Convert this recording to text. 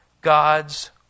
God's